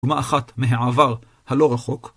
אומה אחת מהעבר הלא רחוק?